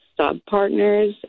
sub-partners